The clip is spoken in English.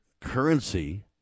currency